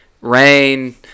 rain